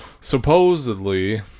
supposedly